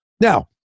Now